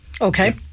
Okay